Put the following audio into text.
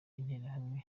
interahamwe